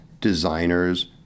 designers